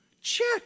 check